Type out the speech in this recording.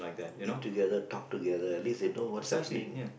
eat together talk together at least they know what's happening